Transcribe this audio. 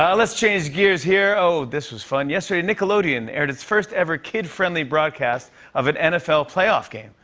ah let's change gears here. oh, this was fun. yesterday, nickelodeon aired its first-ever kid-friendly broadcast of an nfl playoff game.